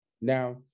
Now